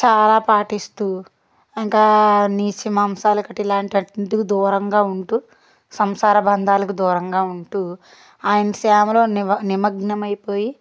చాలా పాటిస్తూ ఇంకా నీచ మాంసాలు ఒకటి ఇలాంటి వాటికి దూరంగా ఉంటూ సంసార బంధాలకు దూరంగా ఉంటూ ఆయన సేవలో నిగ నిమగ్నమైపోయి